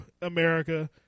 America